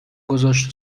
گذاشت